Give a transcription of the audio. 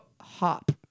hop